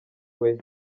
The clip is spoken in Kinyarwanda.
weah